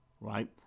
right